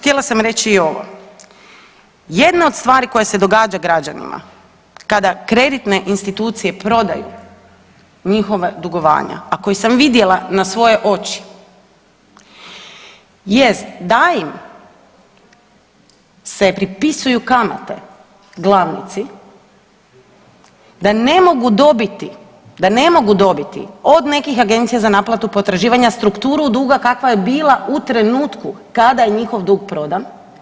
Htjela sam reći i ovo, jedna od stvari koja se događa građanima kada kreditne institucije prodaju njihova dugovanja, a koji sam vidjela na svoje oči jest da im se pripisuju kamate glavnici, da ne mogu dobiti, da ne mogu dobiti od nekih agencija za naplatu potraživanja strukturu duga kakva je bila u trenutku kada je njihov dug prodan.